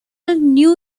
new